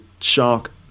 shark